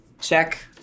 check